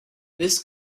this